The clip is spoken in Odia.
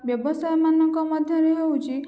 ବ୍ୟବସାୟମାନଙ୍କ ମଧ୍ୟରେ ହେଉଛି